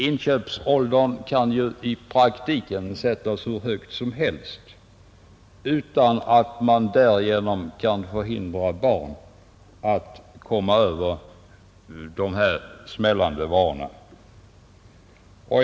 Inköpsåldern kan ju i praktiken sättas hur högt som helst utan att man därigenom kan hindra barn att komma över de här smällande varorna.